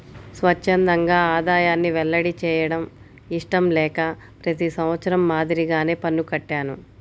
స్వఛ్చందంగా ఆదాయాన్ని వెల్లడి చేయడం ఇష్టం లేక ప్రతి సంవత్సరం మాదిరిగానే పన్ను కట్టాను